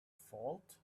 fault